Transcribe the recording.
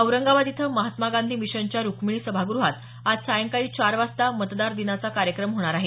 औरंगाबाद इथं महात्मा गांधी मिशनच्या रुख्मिणी सभाग्रहात आज सायंकाळी चार वाजता मतदार दिनाचा कार्यक्रम होणार आहे